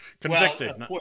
Convicted